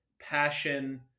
passion